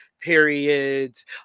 periods